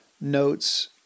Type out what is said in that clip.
notes